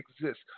exist